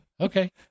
Okay